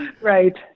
Right